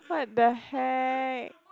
what the heck